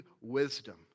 wisdom